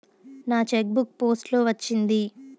నా cheque book post లో వచ్చింది